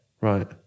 Right